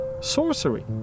Sorcery